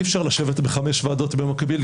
אי-אפשר לשבת בחמש ועדות במקביל,